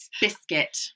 Biscuit